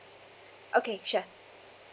okay sure